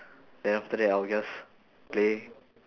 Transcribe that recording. then after that I'll just play